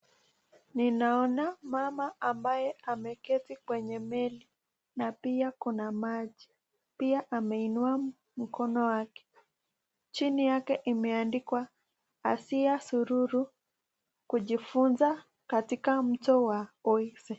Ninaona mama ambaye ameketi kwenye meli na pia kuna maji pia ameinua mkono wake, chini yake imeandikwa Asia sururu kujifunza katika mto wa ouse.